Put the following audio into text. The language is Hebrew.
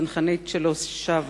הצנחנית שלא שבה,